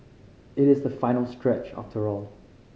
it is the final stretch after all